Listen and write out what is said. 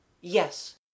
Yes